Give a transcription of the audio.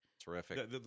Terrific